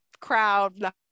crowd